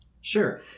Sure